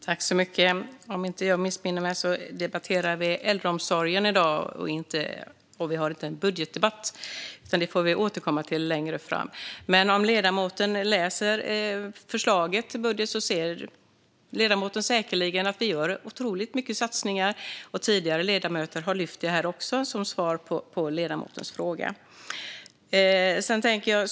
Fru talman! Om jag inte missminner mig debatterar vi i dag äldreomsorgen. Vi har inte någon budgetdebatt. Den får vi återkomma till längre fram. I vårt förslag till budget ser ledamoten att vi gör otroligt mycket satsningar. Tidigare debattörer har också lyft fram detta. Det är mitt svar på ledamotens fråga.